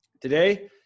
Today